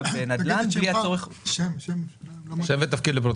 בלי ההון העצמי של רכישת דירה הוא יוכל